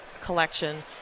collection